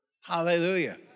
Hallelujah